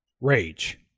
rage